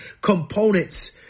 components